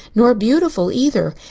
nor beautiful, either.